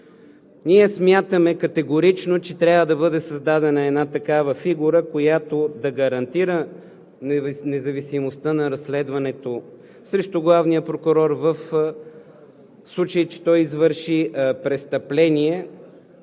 Ние смятаме категорично, че трябва да бъде създадена една такава фигура, която да гарантира независимостта на разследването срещу главния прокурор, в случай че той извърши престъпление,